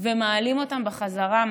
ומעלים אותם בחזרה,